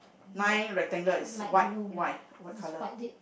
nine rectangle is white why what color